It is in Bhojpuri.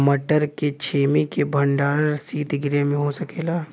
मटर के छेमी के भंडारन सितगृह में हो सकेला?